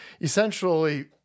essentially